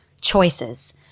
choices